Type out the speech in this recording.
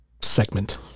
segment